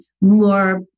more